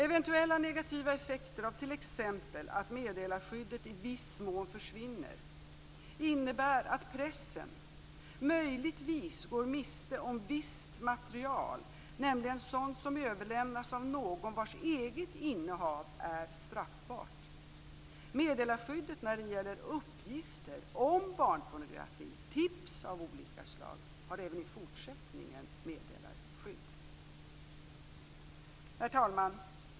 Eventuella negativa effekter av t.ex. att meddelarskyddet i viss mån försvinner innebär att pressen möjligtvis går miste om visst material, nämligen sådant som överlämnas av någon vars eget innehav är straffbart. Meddelarskyddet när det gäller uppgifter om barnpornografi, tips av olika slag, har även i fortsättningen meddelarskydd. Herr talman!